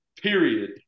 period